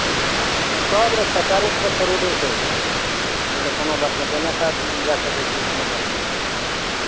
ओसभ रास्ता चारू तरफसँ रोडे छै ओ ओहि लेल कोनो बात नहि जन्नऽ सँ आदमी जाए सकै छी कोनो बात नहि छै